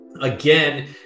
again